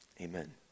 Amen